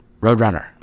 roadrunner